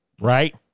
right